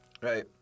Right